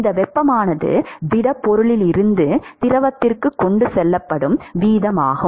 இந்த வெப்பமானது திடப்பொருளிலிருந்து திரவத்திற்கு கொண்டு செல்லப்படும் வீதமாகும்